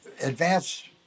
advanced